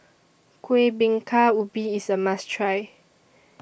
Kuih Bingka Ubi IS A must Try